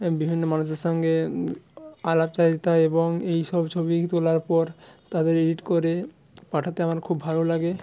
বিভিন্ন মানুষের সঙ্গে আলাপচারিতায় এবং এই সব ছবি তোলার পর তাদের এডিট করে পাঠাতে আমার খুব ভালো লাগে